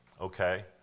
okay